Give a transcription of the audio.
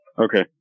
Okay